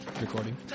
recording